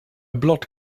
blood